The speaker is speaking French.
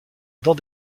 dans